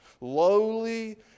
lowly